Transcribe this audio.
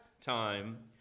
time